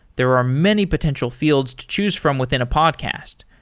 there are many potential fields to choose from within a podcast.